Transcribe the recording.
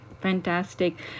fantastic